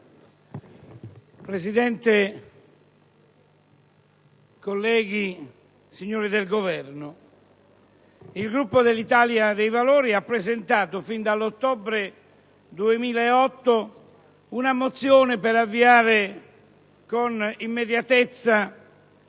Presidente, colleghi, signori del Governo, il Gruppo dell'Italia dei Valori ha presentato, fin dall'ottobre 2008, una mozione per avviare con immediatezza